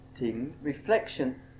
reflection